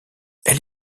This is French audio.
elle